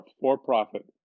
for-profit